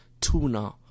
tuna